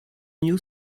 new